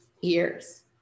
years